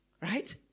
Right